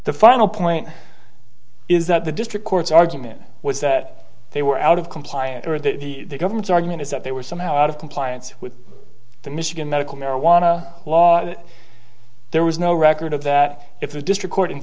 the final point is that the district court's argument was that they were out of compliance or that the government's argument is that they were somehow out of compliance with the michigan medical marijuana law there was no record of that if the district court in